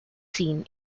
scene